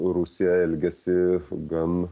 rusija elgiasi gan